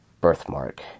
birthmark